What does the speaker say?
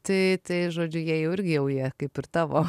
tėti žodžiu jei orgijoje kaip ir tavo